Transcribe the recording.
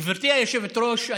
גברתי היושבת-ראש,